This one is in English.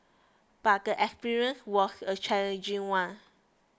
but the experience was a challenging one